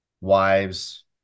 wives